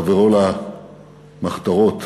חברו למחתרות